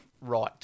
right